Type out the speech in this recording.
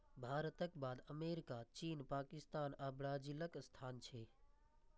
भारतक बाद अमेरिका, चीन, पाकिस्तान आ ब्राजीलक स्थान छै